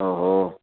ओ हो